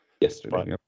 yesterday